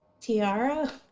tiara